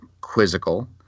quizzical